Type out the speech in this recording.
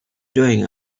doing